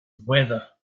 weather